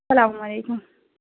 السّلام علیکم